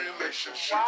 relationships